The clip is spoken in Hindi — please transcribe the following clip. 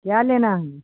क्या लेना है